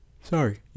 sorry